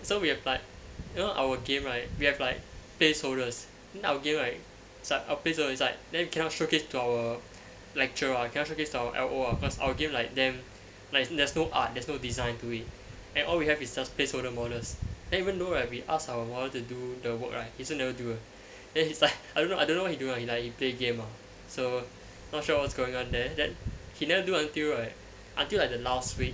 so we have like you know our game right we have like placeholders our game right it's like our placeholders inside then you cannot showcase to our lecturer ah cannot showcase to our L_O ah cause our game like damn like there's no art there's no design to it and all we have is like placeholder models then even though right we asked our modeller to do the work right he also never do then he's like I don't know I don't know what he was doing he like play game ah so not sure what's going on there then he never do until like until like the last week